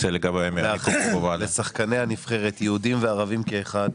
לאחל לשחקני הנבחרת, יהודים כערבים כאחד,